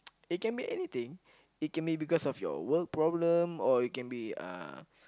it can be anything it can be because of your work problem or it can be uh